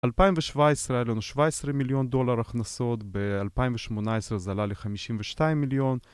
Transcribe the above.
2017 היה לנו 17 מיליון דולר הכנסות, ב-2018 זה עלה ל-52 מיליון,